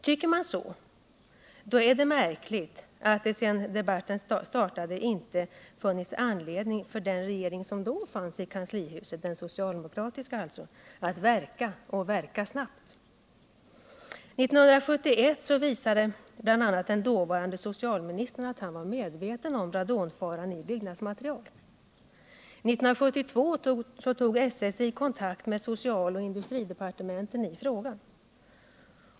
Tycker man så, är det märkligt att det sedan debatten startade inte har funnits anledning för den regering som då satt i kanslihuset — den socialdemokratiska regeringen — att verka och verka snabbt. 1971 visade bl.a. dåvarande socialministern i en frågedebatt, att han var medveten om radonfaran i byggnadsmaterial. 1972 tog SSI kontakt med socialoch industridepartementen i frågan.